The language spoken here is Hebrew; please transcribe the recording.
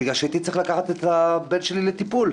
בגלל שהייתי צריך לקחת את הבן שלי לטיפול.